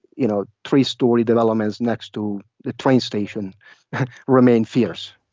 you know, three-story developments next to the train station remain fierce.